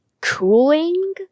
cooling